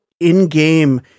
in-game